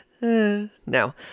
no